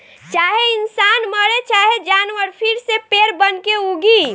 चाहे इंसान मरे चाहे जानवर फिर से पेड़ बनके उगी